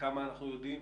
וכמה אנחנו יודעים?